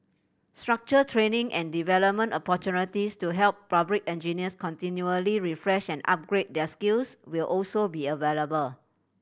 structured training and development opportunities to help public engineers continually refresh and upgrade their skills will also be available